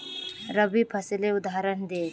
रवि फसलेर उदहारण दे?